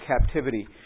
captivity